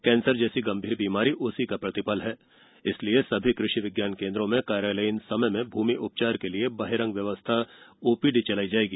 cancer जैसी गंभीर बीमारी उसी का प्रतिफल है इसलिए सभी कृषि विज्ञान केन्द्रों में कार्यालयीन समय में भूमि उपचार के लिए बहिरंग व्यवस्था ओपीडी चलाई जायेगी